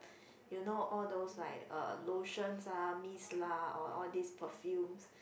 you know all those like uh lotions lah mist lah or all this perfumes